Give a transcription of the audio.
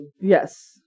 Yes